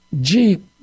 Jeep